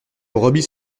brebis